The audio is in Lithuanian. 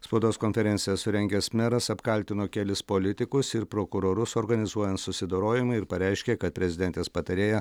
spaudos konferenciją surengęs meras apkaltino kelis politikus ir prokurorus organizuojant susidorojimą ir pareiškė kad prezidentės patarėja